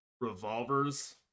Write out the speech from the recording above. revolvers